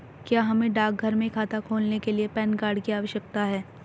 क्या हमें डाकघर में खाता खोलने के लिए पैन कार्ड की आवश्यकता है?